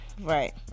Right